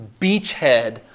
beachhead